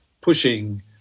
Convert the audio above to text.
pushing